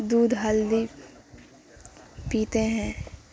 دودھ ہلدی پیتے ہیں